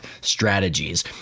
strategies